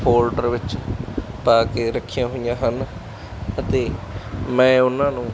folder ਵਿੱਚ ਪਾ ਕੇ ਰੱਖੀਆਂ ਹੋਈਆਂ ਹਨ ਅਤੇ ਮੈਂ ਉਹਨਾਂ ਨੂੰ